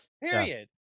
Period